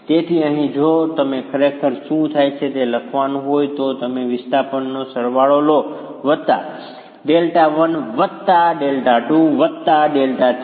તેથી અહીં જો તમે ખરેખર શું થાય છે તે લખવાનું હોય તો તમે વિસ્થાપનનો સરવાળો લો Δ1 Δ2 Δ3